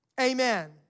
Amen